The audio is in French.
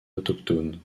autochtone